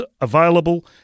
available